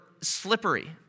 slippery